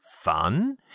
Fun